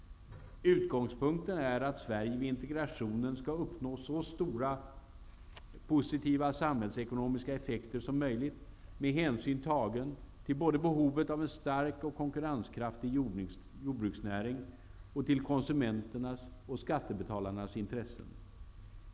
Utgångspunkten är att Sverige vid integrationen skall uppnå så stora positiva samhällsekonomiska effekter som möjligt, med hänsyn tagen både till behovet av en stark och konkurrenskraftig jordbruksnäring och till konsumenternas och skattebetalarnas intressen.